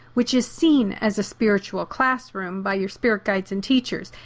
which is seen as a spiritual classroom by your spirit guide and teachers.